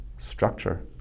structure